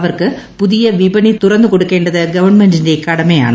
അവർക്ക് പുതിയ വിപണി തുറന്നുകൊടുക്കേണ്ടത് ഗവൺമെന്റിന്റെ കടമയാണ്